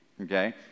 okay